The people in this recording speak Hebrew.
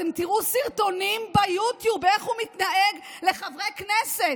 אתם תראו בסרטונים ביו-טיוב איך הוא מתנהג לחברי הכנסת,